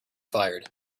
fired